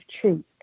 truth